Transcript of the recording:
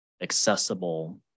accessible